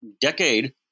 decade